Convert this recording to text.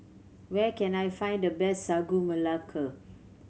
where can I find the best Sagu Melaka